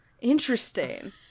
Interesting